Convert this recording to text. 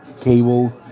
cable